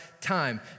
time